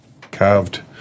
carved